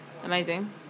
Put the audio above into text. amazing